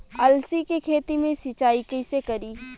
अलसी के खेती मे सिचाई कइसे करी?